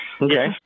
Okay